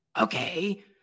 okay